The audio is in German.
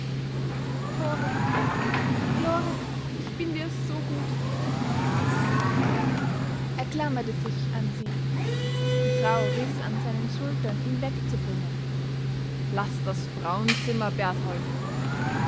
lore ich bin dir so gut er klammerte sich an sie die frau riß an seinen schultern ihn wegzubringen laß das frauenzimmer berthold